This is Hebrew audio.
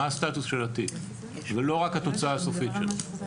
מה הסטטוס של התיק ולא רק התוצאה הסופית שלו.